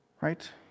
Right